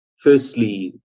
firstly